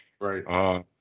Right